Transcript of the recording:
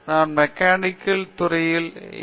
நான் மெக்கானிக்கல் துறையில் எம்